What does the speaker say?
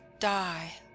die